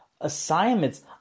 assignments